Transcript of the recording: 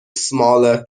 smaller